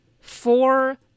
four